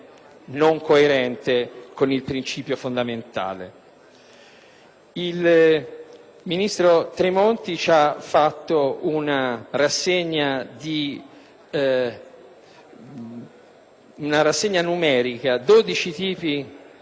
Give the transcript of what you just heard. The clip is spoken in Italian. Il ministro Tremonti ha fatto una rassegna numerica: dodici tipi principali di tributi, cinque soggetti